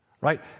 right